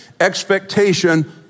expectation